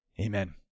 Amen